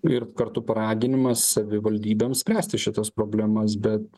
ir kartu paraginimas savivaldybėm spręsti šitas problemas bet